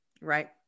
Right